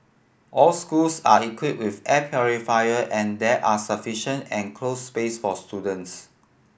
all schools are equipped with air purifier and there are sufficient enclosed space for students